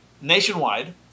nationwide